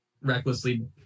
recklessly